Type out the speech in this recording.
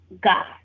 God